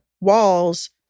walls